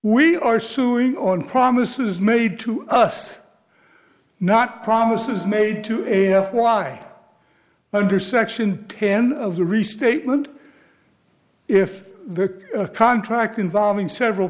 we are suing on promises made to us not promises made to air why under section ten of the restatement if the contract involving several